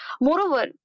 Moreover